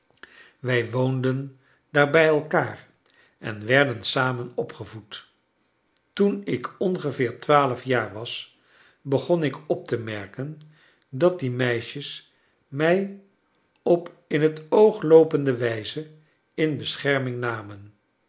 wij woonden daar bij elkaar en werden samen opgevoed toen ik ongeveer twaalf jaar was begon ik op te merken dat die meisjes mij op in t oog loopende wijze in bescherming namen